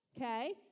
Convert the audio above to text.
Okay